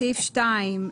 בסעיף 2,